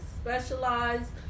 specialized